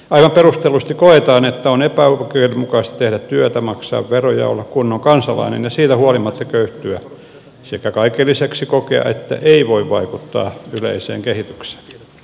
aivan perustellusti koetaan että on epäoikeudenmukaista tehdä työtä maksaa veroja olla kunnon kansalainen ja siitä huolimatta köyhtyä sekä kaiken lisäksi kokea että ei voi vaikuttaa yleiseen kehitykseen